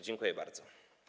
Dziękuję bardzo.